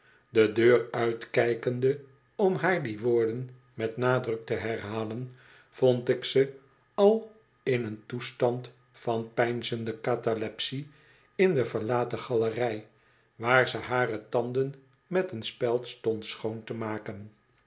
de deur uitkijkende om haar die woorden met nadruk te herhalen vond ik ze al in een toestand van peinzende catalepsie in de verlaten galerij waar ze hare tanden met een speld stond schoon te maken